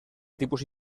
tipus